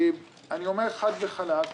אני אומר חד וחלק,